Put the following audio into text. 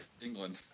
England